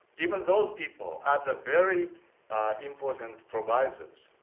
even those people are the very important providers